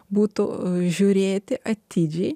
būtų žiūrėti atidžiai